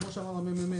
כמו שאמר הממ"מ,